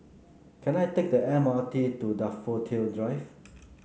can I take the M R T to Daffodil Drive